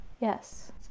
Yes